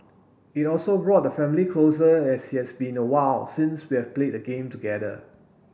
it also brought the family closer as it's been awhile since we've played a game together